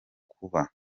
kuba